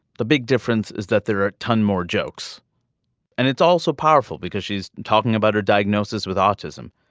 the big difference is that there are a ton more jokes and it's also powerful because she's talking about her diagnosis with autism.